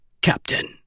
Captain